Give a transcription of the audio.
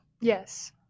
Yes